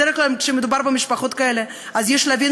בדרך כלל כשמדובר במשפחות כאלה יש להבין